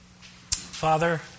Father